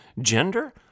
gender